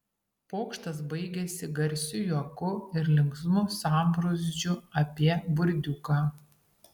pokštas baigėsi garsiu juoku ir linksmu sambrūzdžiu apie burdiuką